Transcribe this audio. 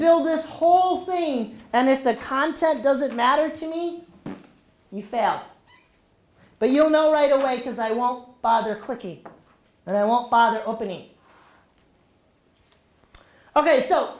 build this whole thing and if the content doesn't matter to me you fail but you'll know right away because i won't bother clicking but i won't bother opening ok so